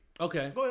okay